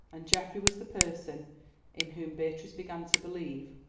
and geoffrey was the person in whom beatrice began to believe,